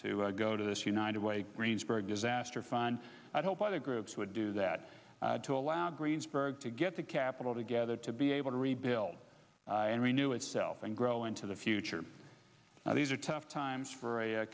to go to this united way greensburg disaster fun i hope other groups would do that to allow greensburg to get the capital together to be able to rebuild and renew itself and grow into the future these are tough times for a